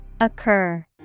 Occur